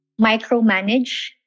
micromanage